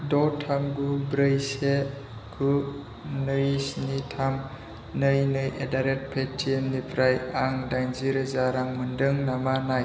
द' थाम गु ब्रै से गु नै स्नि थाम नै नै एड्ड'रेट पेटिएमनिफ्राय आं दाइनजि रोजा रां मोन्दों नामा नाय